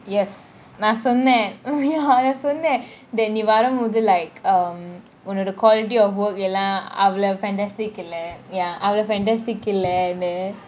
yes நான் சொன்னான் நான் சொன்னான் நீ வரும் போது :naan sonnan naan sonnan nee varum bothu like um உன்னோட :unnoda the quality of work எல்லாம் அவ்ளோ :ellam avlo fantastic இல்ல :illa ya அவ்ளோ :avlo fantastic இல்லனு :illanu